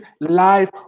life